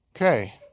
Okay